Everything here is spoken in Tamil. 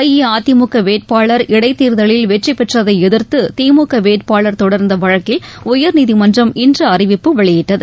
அஇஅதிமுக வேட்பாளர் இடைத்தேர்தலில் வெற்றி பெற்றதை எதிர்த்து திமுக வேட்பாளர் தொடர்ந்த வழக்கில் உயர்நீதிமன்றம் இன்று அறிவிப்பு வெளியிட்டது